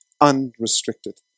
unrestricted